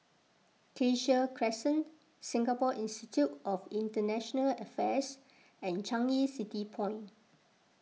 Cassia Crescent Singapore Institute of International Affairs and Changi City Point